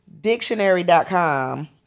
dictionary.com